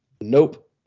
Nope